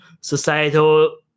societal